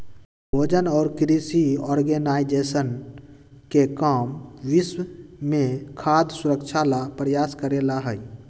भोजन और कृषि ऑर्गेनाइजेशन के काम विश्व में खाद्य सुरक्षा ला प्रयास करे ला हई